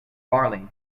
barley